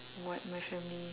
what my family